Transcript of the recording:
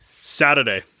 Saturday